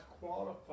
qualified